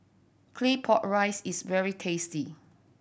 Claypot Rice is very tasty